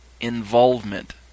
involvement